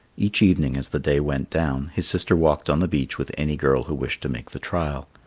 each evening as the day went down, his sister walked on the beach with any girl who wished to make the trial.